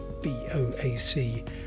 BOAC